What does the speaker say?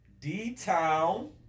D-Town